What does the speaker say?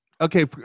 Okay